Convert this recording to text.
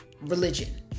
religion